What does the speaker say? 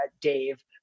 Dave